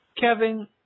Kevin